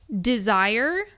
Desire